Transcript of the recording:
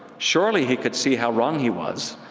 surely he could see how wrong he was.